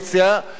שיכולה,